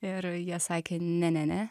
ir jie sakė ne ne ne